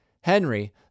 Henry